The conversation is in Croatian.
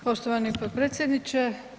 Poštovani potpredsjedniče.